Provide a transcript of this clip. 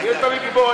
נהיית לי גיבור היום.